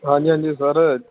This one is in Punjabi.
ਹਾਂਜੀ ਹਾਂਜੀ ਸਰ